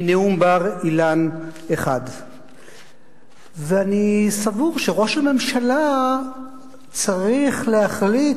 מנאום בר-אילן 1. ואני סבור שראש הממשלה צריך להחליט,